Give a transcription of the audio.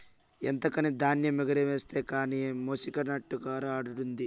ఎంతకని ధాన్యమెగారేస్తావు కానీ మెసినట్టుకురా ఆడుండాది